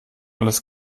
alles